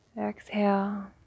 Exhale